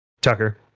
Tucker